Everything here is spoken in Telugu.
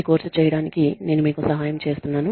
ఈ కోర్సు చేయడానికి నేను మీకు సహాయం చేస్తున్నాను